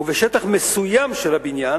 ובשטח מסוים של הבניין,